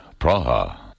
Praha